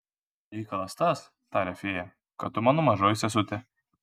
reikalas tas taria fėja kad tu mano mažoji sesutė